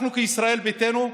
אנחנו כישראל ביתנו,